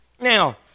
Now